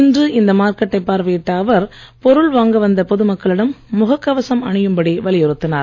இன்று இந்த மார்க்கெட்டை பார்வையிட்ட அவர் பொருள் வாங்க வந்த பொதுமக்களிடம் முக கவசம் அணியும் படி வலியுறுத்தினார்